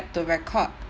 to record